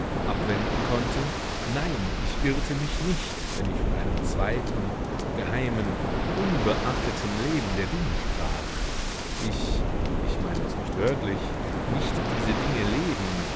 abwenden konnte nein ich irrte mich nicht wenn ich von einem zweiten geheimen unbeachteten leben der dinge sprach ich ich meine es nicht wörtlich nicht diese dinge leben